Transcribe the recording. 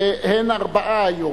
והן ארבע היום,